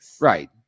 Right